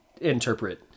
interpret